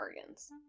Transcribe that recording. organs